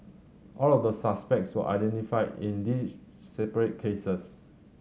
all of the suspects were identified in these separate cases